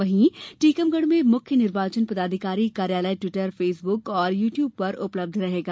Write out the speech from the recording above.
वहीं टीकमगढ़ में मुख्य निर्वाचन पदाधिकारी कार्यालय टिवटर फेस बुक और यूटयूब पर उपलब्ध रहेगा